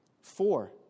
Four